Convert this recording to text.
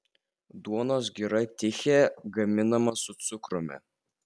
duonos gira tichė gaminama su cukrumi